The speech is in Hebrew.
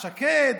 שקד,